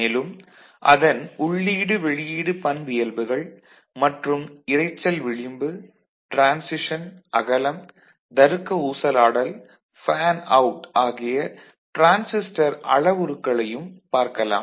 மேலும் அதன் உள்ளீடு வெளியீடு பண்பியல்புகள் மற்றும் இரைச்சல் விளிம்பு டிரான்சிஷன் அகலம் தருக்க ஊசலாடல் ஃபேன் அவுட் ஆகிய டிரான்சிஸ்டர் அளவுருக்களையும் பார்க்கலாம்